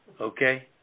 okay